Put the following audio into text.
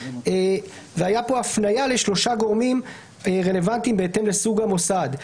והייתה פה הפנייה לשלושה גורמים רלוונטיים בהתאם לסוג המוסד,